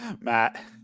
Matt